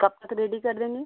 कब तक रेडी कर देंगे